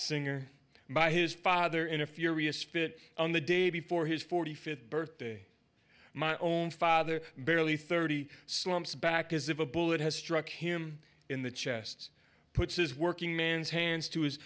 singer by his father in a furious spit on the day before his forty fifth birthday my own father barely thirty slumps back as if a bullet has struck him in the chest puts his working man's hands to his